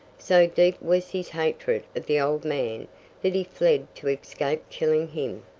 so deep was his hatred of the old man that he fled to escape killing him.